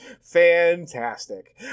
fantastic